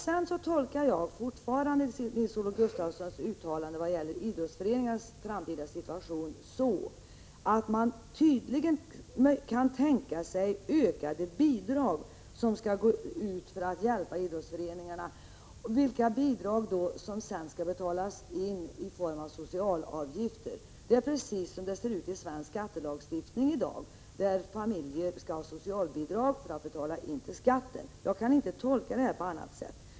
Jag tolkar fortfarande Nils-Olof Gustafssons uttalande om idrottsföreningarnas framtida situation så, att man tydligen kan tänka sig ökade bidrag till hjälp för idrottsföreningarna? Blir det bidrag som därefter skall betalas in i form av socialavgifter? Det är i så fall precis som det ser ut i svensk skattelagstiftning i dag, där familjer får socialbidrag för att kunna betala skatt! Jag kan inte tolka uttalandet på annat sätt.